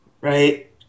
right